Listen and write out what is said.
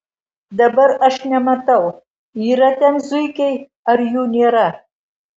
dabar aš nematau yra ten zuikiai ar jų nėra